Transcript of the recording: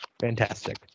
Fantastic